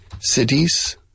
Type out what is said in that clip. cities